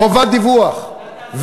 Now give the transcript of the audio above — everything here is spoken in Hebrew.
חובת דיווח,